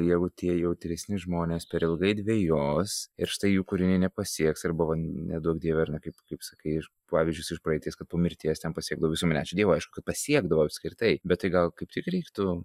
jau tie jautresni žmonės per ilgai dvejos ir štai jų kūriniai nepasieks ir buvo neduok dieve kaip kaip sakai pavyzdžius iš praeities kad po mirties ten pasiekdavo visuomenę ačiū dievui aišku kad pasiekdavo apskritai bet gal kaip tik reiktų